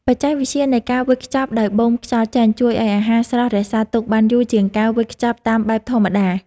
បច្ចេកវិទ្យានៃការវេចខ្ចប់ដោយបូមខ្យល់ចេញ ជួយឱ្យអាហារស្រស់រក្សាទុកបានយូរជាងការវេចខ្ចប់តាមបែបធម្មតា។